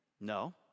no